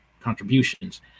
contributions